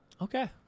Okay